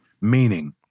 Meaning